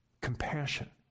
compassion